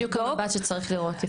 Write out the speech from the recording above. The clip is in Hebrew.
שזה בדיוק המבט שצריך לראות.